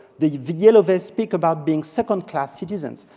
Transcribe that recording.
the the yellow vest speak about being second class citizens.